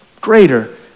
greater